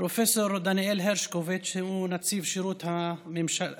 פרופ' דניאל הרשקוביץ, שהוא נציב שירות המדינה.